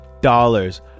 dollars